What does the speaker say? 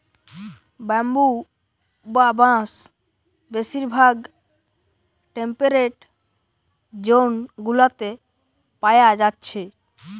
bamboo বা বাঁশ বেশিরভাগ টেম্পেরেট জোন গুলাতে পায়া যাচ্ছে